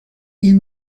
ils